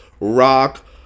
rock